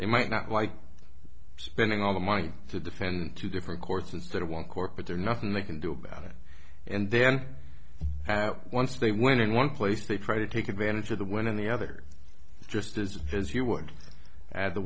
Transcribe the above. they might not like spending all the money to defend two different courts instead of one court but there nothing they can do about it and then once they went in one place they try to take advantage of the when the other just isn't as